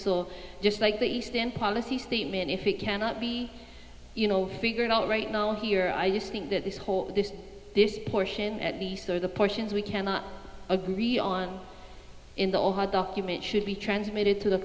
is just like the eastern policy statement if it cannot be you know figure it out right now here i used to think that this whole this this portion at the sort of the portions we cannot agree on in the document should be transmitted to the